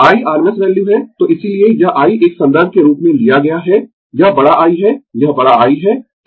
I rms value है तो इसीलिये यह I एक संदर्भ के रूप में लिया गया है यह बड़ा I है यह बड़ा I है